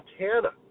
Montana